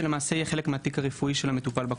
זה למעשה יהיה חלק מהתיק הרפואי של המטופל בקופה.